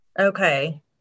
Okay